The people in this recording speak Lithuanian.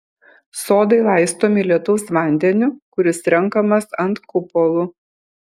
sodai laistomi lietaus vandeniu kuris renkamas ant kupolų